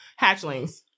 hatchlings